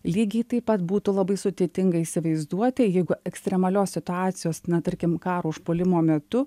lygiai taip pat būtų labai sudėtinga įsivaizduoti jeigu ekstremalios situacijos na tarkim karo užpuolimo metu